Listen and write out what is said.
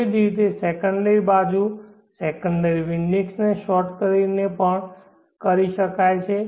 તેવી જ રીતે તે સેકન્ડરી બાજુ સેકન્ડરી વિન્ડિંગ્સને શોર્ટ કરીને ને પણ કરી શકાય છે